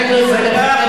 חברת הכנסת אבסדזה.